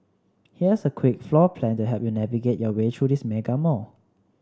here's a quick floor plan to help you navigate your way through this mega mall